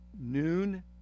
noon